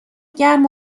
گرم